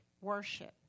worship